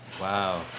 Wow